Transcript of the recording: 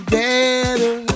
better